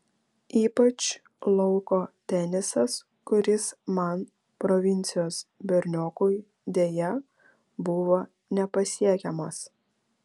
ypač lauko tenisas kuris man provincijos berniokui deja buvo nepasiekiamas